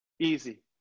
Easy